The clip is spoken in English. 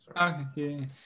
Okay